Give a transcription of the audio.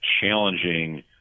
challenging